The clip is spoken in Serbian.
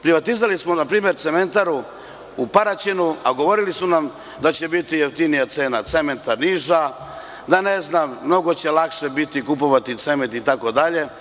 Privatizovali smo npr. cementaru u Paraćinu, a govorili su nam da će biti jeftinija cena cementa, da će biti mnogo lakše kupovati cement itd.